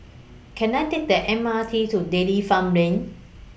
Can I Take The M R T to Dairy Farm Lane